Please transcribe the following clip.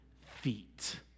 feet